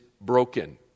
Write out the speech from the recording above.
broken